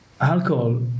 alcohol